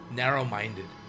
narrow-minded